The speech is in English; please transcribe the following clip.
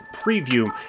preview